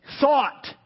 thought